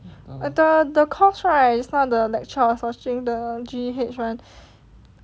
the the course right just now the lecture I was watching the G_H [one]